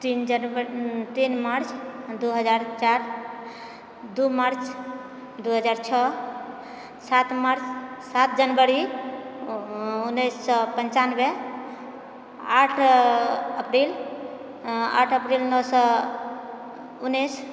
तीन जनवरी तीन मार्च दू हजार चारि दू मार्च दू हजार छओ सात मार्च सात जनवरी उन्नैस सए पञ्चान्बे आठ अप्रिल आठ अप्रिल नओ सए उन्नैस